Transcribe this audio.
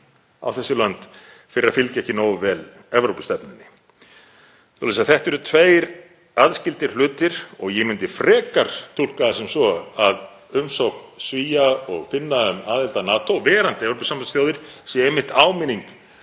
á þessu lönd fyrir að fylgja ekki nógu vel Evrópustefnunni. Svoleiðis að þetta eru tveir aðskildir hlutir og ég myndi frekar túlka það sem svo að umsókn Svía og Finna um aðild að NATO, verandi Evrópusambandsþjóðir, sé einmitt áminning